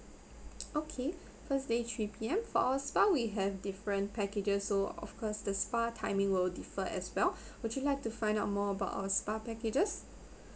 okay first day three P_M for our spa we have different packages so of course the spa timing will differ as well would you like to find out more about our spa packages